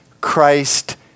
Christ